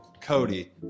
Cody